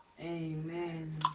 amen